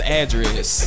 address